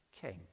king